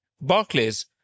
Barclays